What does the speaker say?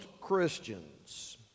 Christians